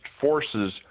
forces